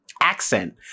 accent